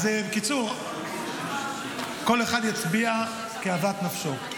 בקיצור, כל אחד יצביע כאוות נפשו.